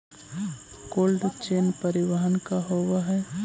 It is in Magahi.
कोल्ड चेन परिवहन का होव हइ?